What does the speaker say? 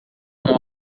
com